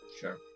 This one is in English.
Sure